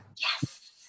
Yes